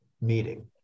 meeting